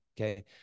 Okay